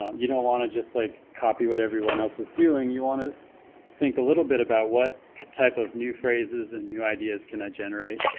um you don't want to just like copy what everyone else is doing you want to think a little bit about what type of new phrases and new ideas can i generate,